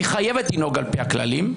היא חייבת לנהוג על פי הכללים.